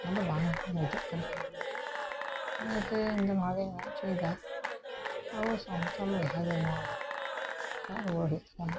ᱚᱱᱟ ᱫᱚ ᱵᱟᱝ ᱡᱩᱛᱩᱜ ᱠᱟᱱᱟ ᱚᱱᱟ ᱤᱭᱟᱹᱛᱮ ᱤᱧ ᱫᱚ ᱱᱚᱣᱟᱜᱮᱧ ᱢᱮᱱ ᱚᱪᱚᱭᱮᱫᱟ ᱟᱵᱚ ᱥᱟᱱᱛᱟᱞ ᱵᱚᱭᱦᱟ ᱜᱮ ᱱᱚᱣᱟ ᱫᱚ ᱥᱟᱵ ᱨᱩᱣᱟᱹᱲ ᱦᱩᱭᱩᱜ ᱛᱟᱵᱚᱱᱟ